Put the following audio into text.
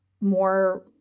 more